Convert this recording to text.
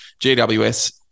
GWS